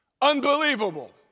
Unbelievable